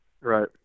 Right